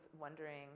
wondering